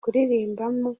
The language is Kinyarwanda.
kuririmbamo